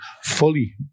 fully